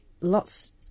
lots